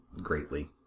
greatly